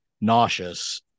nauseous